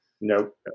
nope